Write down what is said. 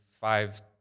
five